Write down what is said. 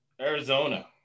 Arizona